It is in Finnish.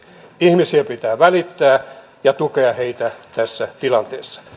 ihmisien pitää välittää ja tukea heitä tässä tilanteessa